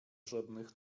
żadnych